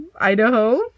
Idaho